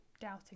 doubting